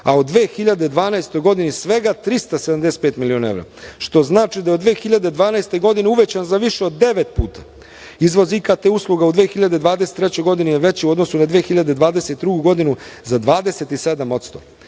a u 2012. godini svega 375 miliona evra, što znači da je od 2012. godine uvećan za više od devet puta. Izvoz IKT usluga u 2023. godini je veći u odnosu na 2022. godinu za 27%.